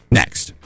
next